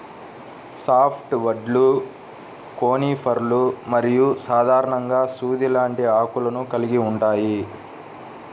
soft వుడ్లు కోనిఫర్లు మరియు సాధారణంగా సూది లాంటి ఆకులను కలిగి ఉంటాయి